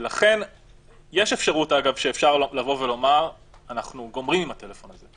לכן יש אפשרות שאפשר לומר אנחנו גומרים עם הטלפון הזה.